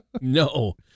No